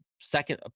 second